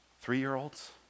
three-year-olds